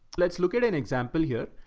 let's look at an example here.